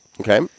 Okay